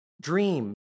dream